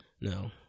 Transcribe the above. no